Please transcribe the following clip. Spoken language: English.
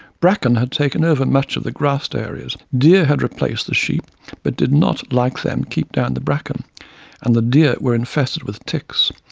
bracken had taken over much of the grassed areas, deer had replaced the sheep but did not, like them, keep down the bracken and the deer were infested with ticks,